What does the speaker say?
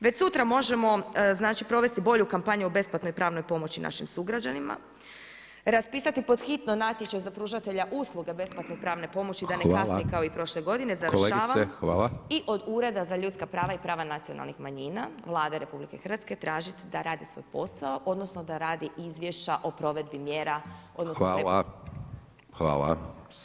Već sutra možemo provesti bolju kampanju o besplatnoj pravnoj pomoći našim sugrađanima, raspisati pod hitno natječaj za pružatelja usluga besplatne pravne pomoći, da ne kasni kao i prošle godine [[Upadica: Hvala, kolegice hvala.]] Završavam i od ureda za ljudska prava i prava nacionalnih manjina Vlade RH, tražiti da rade svoj posao, odnosno, da radi izvješća o provedbi mjera, odnosno,